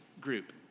group